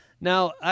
Now